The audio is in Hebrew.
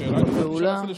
יש שאלות שרצית לשאול?